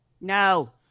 No